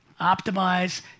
optimize